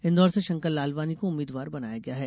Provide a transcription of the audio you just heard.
इंदौर से शंकर लालवानी को उम्मीद्वार बनाया गया है